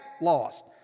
lost